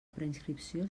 preinscripció